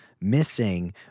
missing